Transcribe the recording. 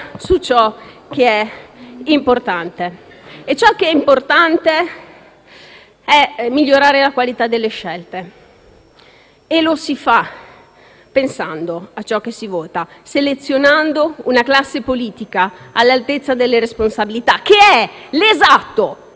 è migliorare la qualità delle scelte, e lo si fa pensando a ciò che si vota, selezionando una classe politica all'altezza delle responsabilità, che è l'esatto contrario del vincolo di mandato. L'esatto contrario!